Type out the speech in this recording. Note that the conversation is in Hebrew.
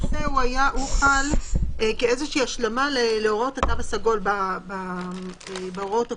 למעשה הוא חל כאיזושהי השלמה להוראות התו הסגול בהוראות הקודמות.